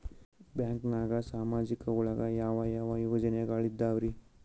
ಬ್ಯಾಂಕ್ನಾಗ ಸಾಮಾಜಿಕ ಒಳಗ ಯಾವ ಯಾವ ಯೋಜನೆಗಳಿದ್ದಾವ್ರಿ?